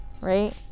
right